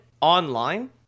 online